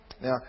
Now